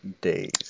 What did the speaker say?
days